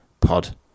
Pod